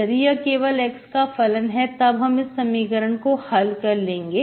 यदि यह केवल x का फलन है तब हम इस समीकरण को हल कर लेंगे